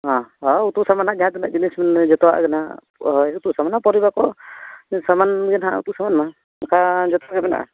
ᱦᱮᱸ ᱦᱮᱸ ᱩᱛᱩ ᱥᱟᱢᱟᱱ ᱨᱮᱱᱟᱜ ᱡᱟᱦᱟᱸ ᱛᱤᱱᱟᱹᱜ ᱡᱤᱱᱤᱥ ᱡᱚᱛᱚᱣᱟᱜ ᱜᱮ ᱱᱟᱦᱟᱜ ᱦᱚᱭ ᱩᱛᱩ ᱥᱟᱢᱟᱱ ᱠᱚ ᱥᱟᱢᱟᱱᱜᱮ ᱱᱟᱦᱟᱜ ᱩᱛᱩ ᱥᱟᱢᱟᱱ ᱢᱟ ᱚᱱᱠᱟ ᱡᱚᱛᱚᱜᱮ ᱢᱮᱱᱟᱜᱼᱟ